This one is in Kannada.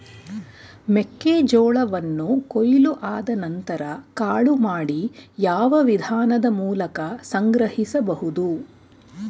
ಮೆಕ್ಕೆ ಜೋಳವನ್ನು ಕೊಯ್ಲು ಆದ ನಂತರ ಕಾಳು ಮಾಡಿ ಯಾವ ವಿಧಾನದ ಮೂಲಕ ಸಂಗ್ರಹಿಸಬಹುದು?